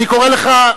אני קורא לך,